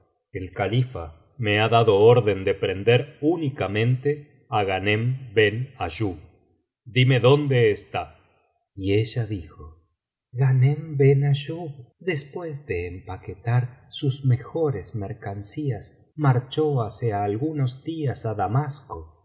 el califa me lia dado orden de prender únicamente á ghanem ben ayub dime dónde está y ella dijo ghanem ben ayub después de empaquetar sus mejores mercancías marchó hace algunos días á damasco